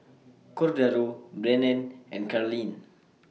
Cordaro Brennan and Carleen